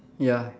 ya